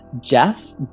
Jeff